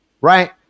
right